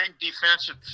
defensive